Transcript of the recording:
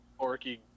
orky